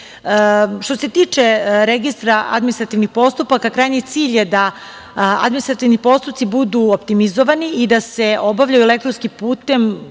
se tiče Registra administrativnih postupaka, krajnji cilj je da administrativni postupci budu optimizovani i da se obavljaju elektronskim putem,